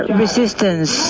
resistance